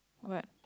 what